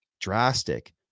drastic